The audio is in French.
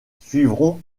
suivront